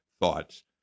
thoughts